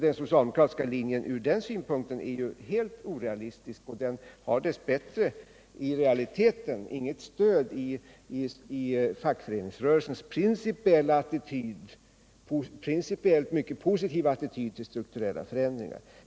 Den socialdemokratiska linjen är ur den synpunkten helt orealistisk och den har dess bättre i realiteten inget stöd i fackföreningsrörelsens principiellt mycket positiva attityd till strukturella förändringar.